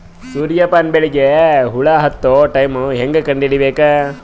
ಸೂರ್ಯ ಪಾನ ಬೆಳಿಗ ಹುಳ ಹತ್ತೊ ಟೈಮ ಹೇಂಗ ಕಂಡ ಹಿಡಿಯಬೇಕು?